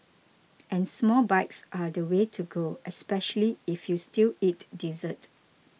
and small bites are the way to go especially if you still eat dessert